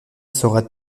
saura